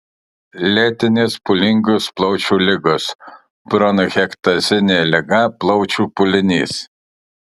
lėtinės pūlingos plaučių ligos bronchektazinė liga plaučių pūlinys